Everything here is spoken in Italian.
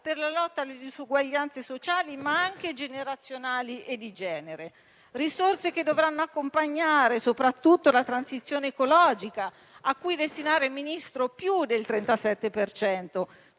per la lotta alle disuguaglianze sociali, ma anche generazionali e di genere. Sono risorse che dovranno accompagnare soprattutto la transizione ecologica - a cui destinare, signor Ministro, più del 37